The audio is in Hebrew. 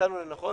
מצאנו לנכון,